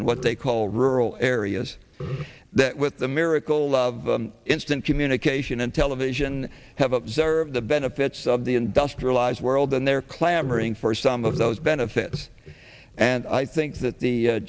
in what they call rural areas that with the miracle of instant communication and television have observed the benefits of the industrialized world and they're clamoring for some of those benefits and i think that the